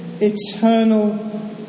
eternal